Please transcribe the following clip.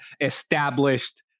established